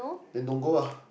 then don't go lah